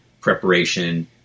preparation